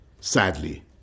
sadly